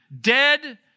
Dead